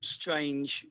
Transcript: strange